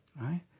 right